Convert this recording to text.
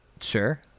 Sure